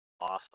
Awesome